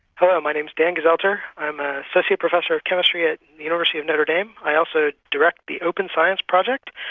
hello, my name's dan gezelter. i'm ah associate professor of chemistry at the university of notre dame, i also direct the open science project.